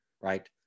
right